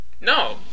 No